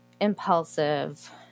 impulsive